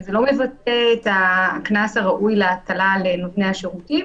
וזה לא מבטא את הקנס הראוי להטלה על נותני השירותים,